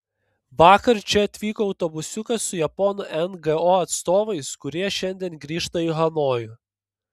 vakar čia atvyko autobusiukas su japonų ngo atstovais kurie šiandien grįžta į hanojų